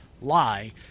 lie